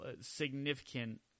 significant –